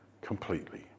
completely